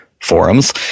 forums